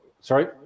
sorry